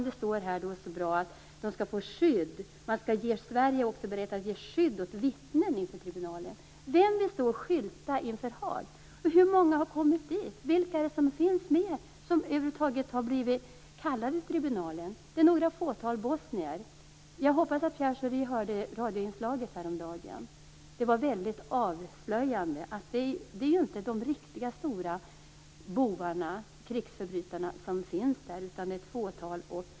Det står i svaret att man skall få skydd, att Sverige också är berett att ge skydd åt vittnen inför tribunalen. Men vem vill skylta med det i Och hur många är det som har kommit dit? Vilka finns med, vilka har över huvud taget blivit kallade till tribunalen? Det är ett fåtal bosnier. Jag hoppas att Pierre Schori hörde ett radioinslag häromdagen. Det var väldigt avslöjande. Det är inte de riktigt stora bovarna och krigsförbrytarna som finns i Haag. Det är bara ett fåtal.